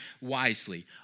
wisely